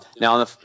Now